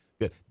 Good